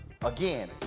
again